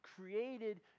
created